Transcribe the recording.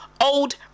old